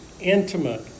intimate